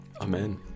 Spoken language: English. Amen